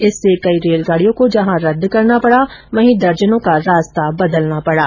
इससे कई रेलगाड़ियों को जहां रद्द करना पड़ा वहीं दर्जनों का रास्ता बदलना पड़ा